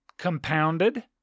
compounded